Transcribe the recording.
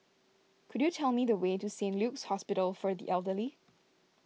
could you tell me the way to Saint Luke's Hospital for the Elderly